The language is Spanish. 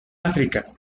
áfrica